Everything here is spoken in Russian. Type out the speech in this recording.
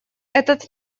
этот